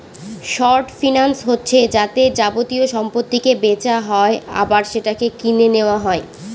short finance হচ্ছে যাতে যাবতীয় সম্পত্তিকে বেচা হয় আবার সেটাকে কিনে নেওয়া হয়